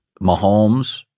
Mahomes